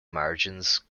margins